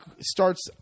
starts